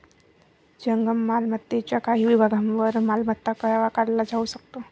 जंगम मालमत्तेच्या काही विभागांवर मालमत्ता कर आकारला जाऊ शकतो